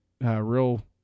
real